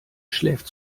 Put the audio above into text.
schläft